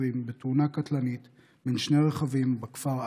בתאונה קטלנית בין שני רכבים בכפר עקרבה.